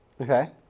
Okay